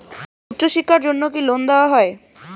উচ্চশিক্ষার জন্য কি লোন দেওয়া হয়?